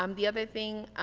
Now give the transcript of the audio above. um the other thing,